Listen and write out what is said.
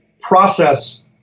process